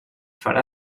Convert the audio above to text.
farà